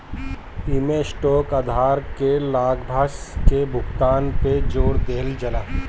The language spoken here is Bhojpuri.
इमें स्टॉक धारक के लाभांश के भुगतान पे जोर देहल जाला